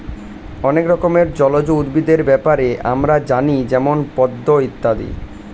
অনেক রকমের জলজ উদ্ভিদের ব্যাপারে আমরা জানি যেমন পদ্ম ইত্যাদি